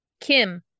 kim